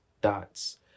dots